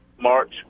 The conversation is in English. march